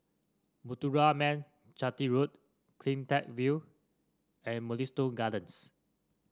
Muthuraman Chetty Road CleanTech View and Mugliston Gardens